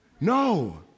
No